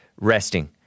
resting